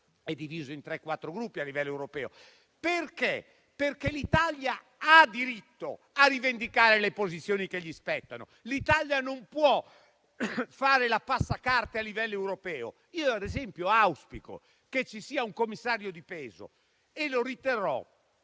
è diviso in tre o quattro gruppi a livello europeo. L'Italia ha diritto a rivendicare le posizioni che le spettano e non può fare la passacarte a livello europeo. Io, ad esempio, auspico che ci sia un commissario di peso e questo lo riterrò